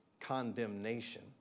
condemnation